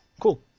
Cool